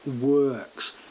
works